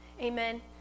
Amen